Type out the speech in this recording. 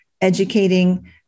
Educating